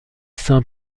saint